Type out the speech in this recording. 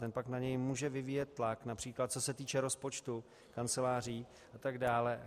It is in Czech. Ten pak na něj může vyvíjet tlak, např. co se týče rozpočtu kanceláří atd.